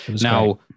now